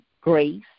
Grace